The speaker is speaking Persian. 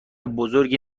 بزرگی